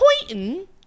pointing